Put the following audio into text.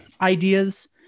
ideas